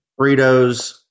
Fritos